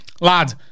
Lad